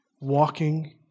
walking